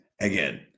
again